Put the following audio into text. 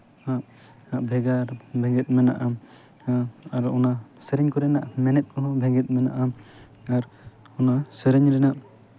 ᱦᱚᱸ ᱵᱷᱮᱜᱟᱨ ᱵᱷᱮᱜᱮᱫ ᱢᱮᱱᱟᱜᱼᱟ ᱦᱚᱸ ᱟᱨᱚ ᱚᱱᱟ ᱥᱮᱨᱮᱧ ᱠᱚᱦᱚᱸ ᱵᱷᱮᱜᱮᱫ ᱢᱮᱱᱟᱜᱼᱟ ᱟᱨ ᱚᱱᱟ ᱥᱮᱨᱮᱧ ᱨᱮᱱᱟᱜ